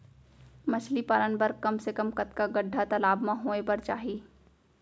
मछली पालन बर कम से कम कतका गड्डा तालाब म होये बर चाही?